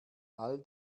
all